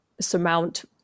surmount